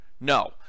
No